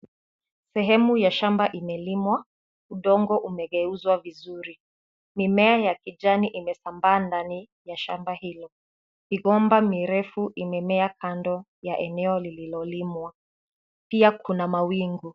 Sehemu ya shamba imelimwa, udongo umegeuzwa vizuri . Mimea ya kijani imetambaa ndani ya shamba hilo. Migomba mirefu imemea kando ya eneo lililolimwa ,pia kuna mawingu.